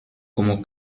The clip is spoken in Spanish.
como